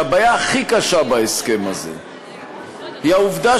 שהבעיה הכי קשה בהסכם הזה היא העובדה